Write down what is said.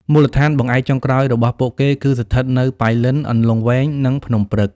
មូលដ្ឋានបង្អែកចុងក្រោយរបស់ពួកគេគឺស្ថិតនៅប៉ៃលិន អន្លង់វែង និងភ្នំព្រឹក។